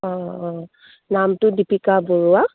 অঁ অঁ নামটো দীপিকা বৰুৱা